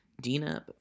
Dina